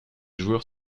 joueurs